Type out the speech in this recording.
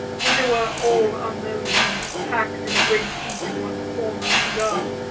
when they were all unloaded and packed in a great heap in one corner of the yard,